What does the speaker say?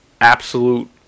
absolute